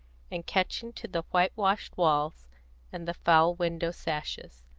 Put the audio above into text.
and catching to the white-washed walls and the foul window sashes.